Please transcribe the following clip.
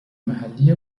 محلی